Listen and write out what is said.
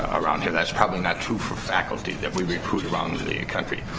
around here that's probably not true for faculty that we're approved around the the country,